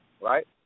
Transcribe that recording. right